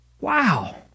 Wow